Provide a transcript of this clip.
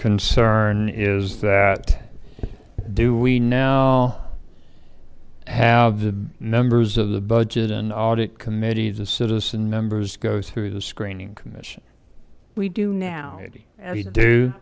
concern is that do we know have the numbers of the budget an audit committee the citizen members goes through the screening commission we do now do